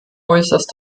äußerst